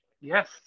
Yes